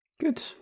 Good